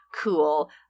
Cool